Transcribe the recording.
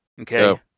Okay